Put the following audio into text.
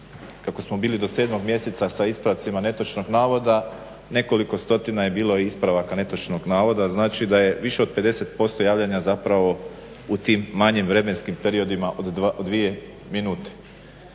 Kako smo bili do 7. mjeseca sa ispravcima netočnog navoda nekoliko stotina je bilo i ispravaka netočnog navoda. Znači, da je više od 50% javljanja zapravo u tim manjim vremenskim periodima od minute.